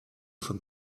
von